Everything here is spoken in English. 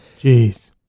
Jeez